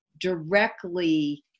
directly